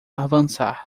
avançar